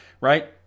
right